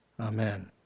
Amen